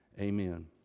amen